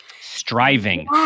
striving